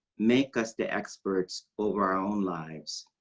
make us the experts over our own lives.